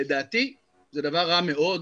לדעתי זה דבר רע מאוד